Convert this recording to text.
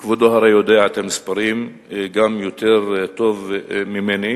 כבודו הרי יודע, גם יותר טוב ממני,